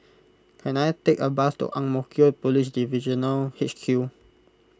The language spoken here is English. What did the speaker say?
can I take a bus to Ang Mo Kio Police Divisional H Q